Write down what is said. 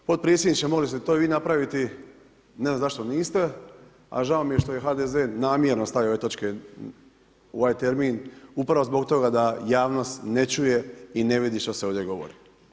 Potpredsjedniče, mogli ste to vi napraviti, ne znam zašto niste, a žao mi je što je HDZ namjerno stavio ove točke u ovaj termin upravo zbog toga da javnost ne čuje i ne vidi što se ovdje govori.